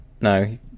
No